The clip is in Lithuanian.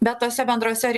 bet tose bendrose